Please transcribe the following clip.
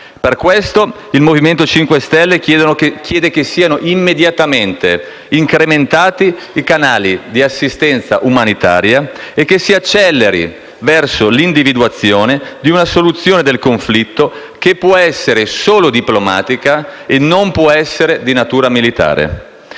Per questo il Movimento 5 Stelle chiede che siano immediatamente incrementati i canali di assistenza umanitaria e che si acceleri verso l'individuazione di una soluzione del conflitto, che può essere solo diplomatica e non può essere di natura militare.